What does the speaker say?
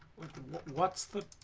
what's the